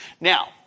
Now